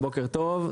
בוקר טוב,